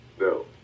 No